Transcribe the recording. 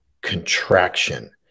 contraction